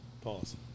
Pause